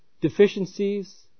deficiencies